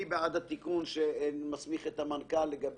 מי בעד התיקון שמסמיך את המנכ"ל לקבוע